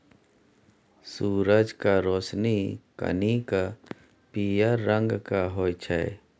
सुरजक रोशनी कनिक पीयर रंगक होइ छै